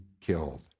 killed